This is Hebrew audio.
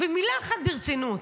מילה אחת ברצינות.